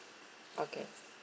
okay